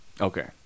Okay